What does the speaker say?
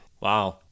wow